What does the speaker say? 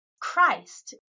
christ